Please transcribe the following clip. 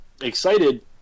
excited